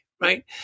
right